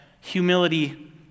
humility